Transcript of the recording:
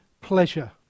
pleasure